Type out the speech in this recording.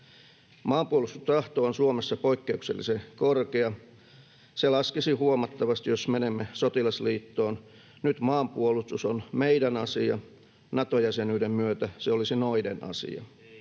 Maanpuolustustahto on Suomessa poikkeuksellisen korkea. Se laskisi huomattavasti, jos menemme sotilasliittoon. Nyt maanpuolustus on meidän asia, Nato-jäsenyyden myötä se olisi noiden asia.